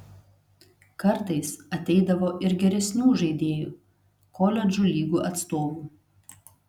kartais ateidavo ir geresnių žaidėjų koledžų lygų atstovų